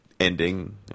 ending